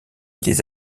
des